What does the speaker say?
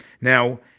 Now